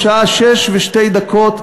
בשעה 18:02,